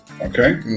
Okay